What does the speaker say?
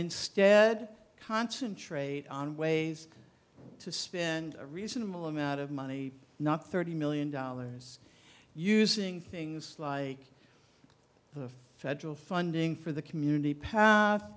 instead concentrate on ways to spend a reasonable amount of money not thirty million dollars using things like the federal funding for the community p